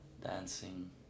dancing